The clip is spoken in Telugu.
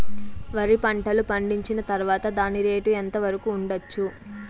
వరి పంటలు పండించిన తర్వాత దాని రేటు ఎంత వరకు ఉండచ్చు